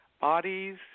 bodies